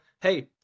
hey